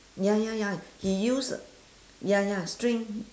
ya ya ya he use ya ya string